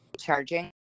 Charging